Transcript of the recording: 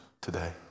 today